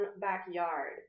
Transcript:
backyard